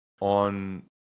on